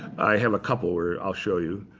i have a couple where i'll show you.